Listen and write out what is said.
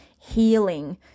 healing